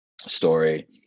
story